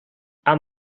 aan